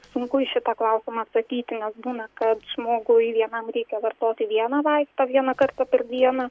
sunku į šitą klausimą atsakyti nes būna kad žmogui vienam reikia vartoti vieną vaistą vieną kartą per dieną